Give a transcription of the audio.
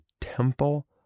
temple